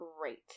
Great